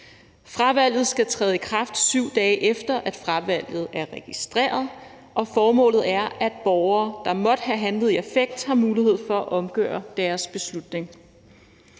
Fravalget skal træde i kraft, 7 dage efter at fravalget er registreret, og formålet er, at borgere, der måtte have handlet i affekt, har mulighed for at omgøre deres beslutning.